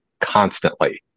constantly